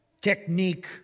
technique